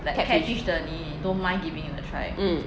catfish mm